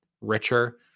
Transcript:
richer